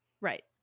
Right